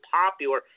popular